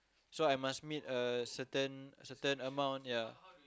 so I must meet a certain certain amount